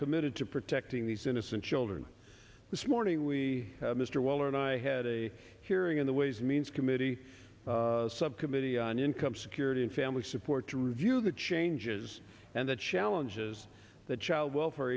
committed to protecting these innocent children this morning we have mr weller and i had a hearing on the ways and means committee subcommittee on income security and family support to review the changes and the challenges that child welfare